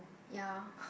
ya